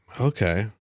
Okay